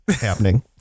happening